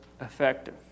effective